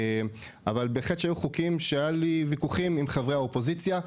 אבל בהחלט שהיו חוקים שהיו לי ויכוחים עם חברי האופוזיציה.